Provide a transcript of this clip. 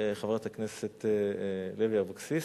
חברת הכנסת לוי אבקסיס,